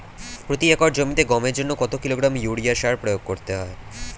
প্রতি একর জমিতে গমের জন্য কত কিলোগ্রাম ইউরিয়া সার প্রয়োগ করতে হয়?